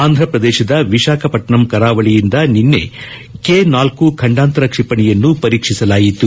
ಆಂಧ್ರಪ್ರದೇಶದ ವಿಶಾಖಪಟ್ಟಣಂ ಕರಾವಳಿಯಿಂದ ನಿನ್ನೆ ಕೆ ಳ ಖಂಡಾಂತರ ಕ್ಷಿಪಣಿಯನ್ನು ಪರೀಕ್ಷಿಸಲಾಯಿತು